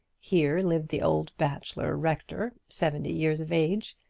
here lived the old bachelor rector, seventy years of age,